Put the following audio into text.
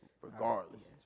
Regardless